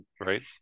right